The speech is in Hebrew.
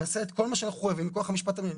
מאה אחוז, זה חשוב מאוד לבחון את הנקודה הזאת.